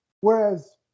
whereas